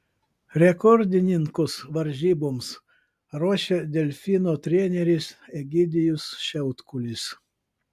rekordininkus varžyboms ruošia delfino treneris egidijus šiautkulis